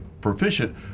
proficient